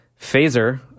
Phaser